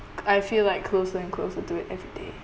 I feel like closer and closer to it every day